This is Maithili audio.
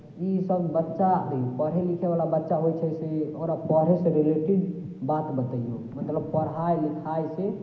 इसभ बच्चा पढ़य लिखयवला बच्चा होइ छै से ओकरा पढ़यसँ रिलेटिड बात बतैयौ मतलब पढ़ाइ लिखाइके